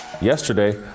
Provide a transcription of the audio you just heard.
Yesterday